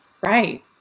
Right